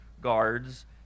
guards